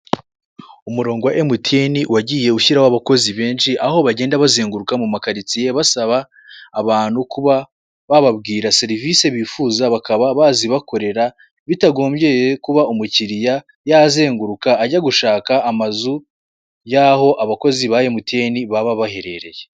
Umurongo wa emutiyeni wagiye ushyiraho abakozi benshi aho bagenda bazenguruka mu makaritsiye basaba abantu kuba bababwira serivise bifuza bakaba bazibakorera bitagombyeye kuba umukiriya ajya yazenguruka ajya gushaka amazu yaho abakozi ba emutiyemi baba baherereye.